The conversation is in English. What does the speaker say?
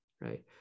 Right